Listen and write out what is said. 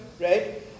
right